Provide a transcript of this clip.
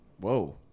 Whoa